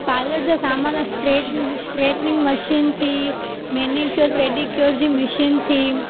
parlour जा सामान स्ट्रेटि स्ट्रेटिंग मशीन थी मेनीक्योर पेडीक्योर जी मशीन थी